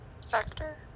Sector